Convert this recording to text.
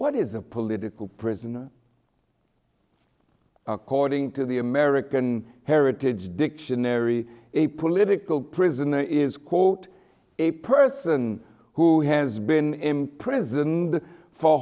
what is a political prisoner according to the american heritage dictionary a political prisoner is quote a person who has been imprisoned for